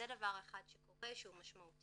זה דבר אחד שקורה שהוא משמעותי.